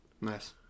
nice